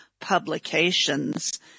publications